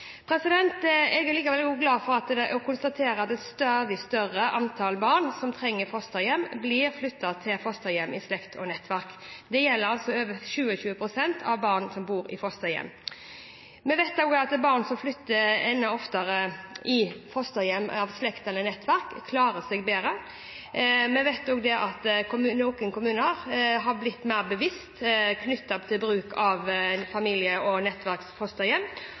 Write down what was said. Jeg er likevel glad for å konstatere at et stadig større antall barn som trenger fosterhjem, flytter i fosterhjem hos slekt eller nettverk. Dette gjelder over 27 pst. av barn som bor i fosterhjem. Vi vet at barn som flytter inn i fosterhjem hos slekt eller nettverk, oftere klarer seg bedre. Vi vet også at noen kommuner har blitt mer bevisst på bruk av familie- og